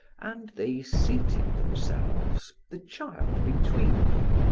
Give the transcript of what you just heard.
and they seated themselves, the child between them.